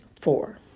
Four